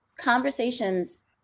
conversations